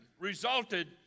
resulted